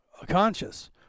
conscious